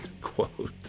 quote